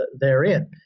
therein